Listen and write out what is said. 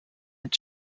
edge